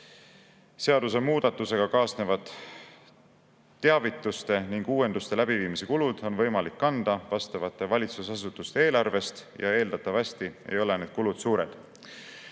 Seadusemuudatusega kaasnevad teavituste ning uuenduste läbiviimise kulud on võimalik kanda vastavate valitsusasutuste eelarvest ja eeldatavasti ei ole need kulud suured.